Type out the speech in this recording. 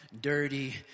dirty